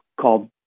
called